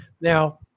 Now